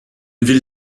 ville